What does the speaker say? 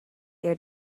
your